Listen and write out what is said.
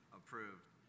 approved